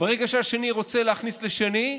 ברגע שהשני רוצה להכניס לשני,